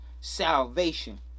salvation